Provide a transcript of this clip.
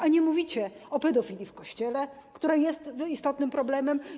A nie mówicie o pedofilii w Kościele, która jest istotnym problemem.